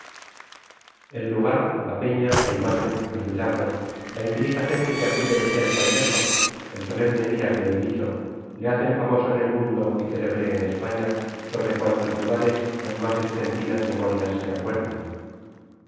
el lugar la peña la imágen los milagros la infinita gente que acude de cerca y lejos el solemne dia que he dicho le hacen famoso en el mundo y célebre en españa sobre cuantos lugares las más extendidas memorias se acuerdan